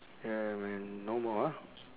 ya man no more ah